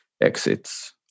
exits